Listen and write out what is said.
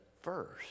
first